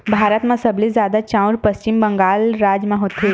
भारत म सबले जादा चाँउर पस्चिम बंगाल राज म होथे